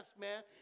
man